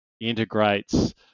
integrates